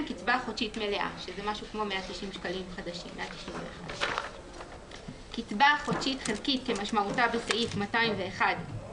קצבה חודשית מלאה 2. קצבה חודשית חלקית כמשמעותה בסעיף 201(א)